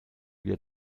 wir